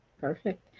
perfect